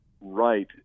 right